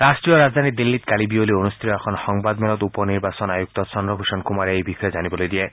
ৰাষ্ট্ৰীয় ৰাজধানী দিল্লীত কালি বিয়লি অনুষ্ঠিত এখন সংবাদ মেলত উপ নিৰ্বাচন আয়ুক্ত চন্দ্ৰ ভূষণ কুমাৰে এই বিষয়ে জানিবলৈ দিয়ে